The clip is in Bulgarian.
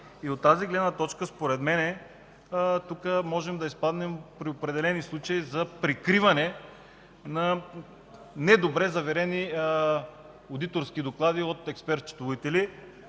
От тази гледна точка, според мен тук можем да изпаднем при определени случаи за прикриване на недобре заверени одиторски доклади от експерт-счетоводители,